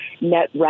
net